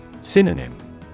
Synonym